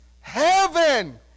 heaven